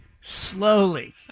slowly